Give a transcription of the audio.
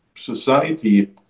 society